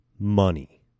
Money